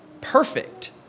perfect